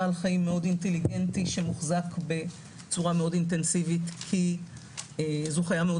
בעל חיים מאוד אינטליגנטי שמוחזק בצורה מאוד אינטנסיבית כי זו חיה מאוד